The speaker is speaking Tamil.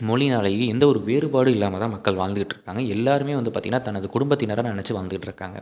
மொழியினாலையும் எந்த ஒரு வேறுபாடும் இல்லாமல்தான் மக்கள் வாழ்ந்துக்கிட்டிருக்காங்க எல்லாருமே வந்து பார்த்திங்கன்னா தனது குடும்பத்தினராக நெனைச்சி வாழ்ந்துகிட்ருக்காங்க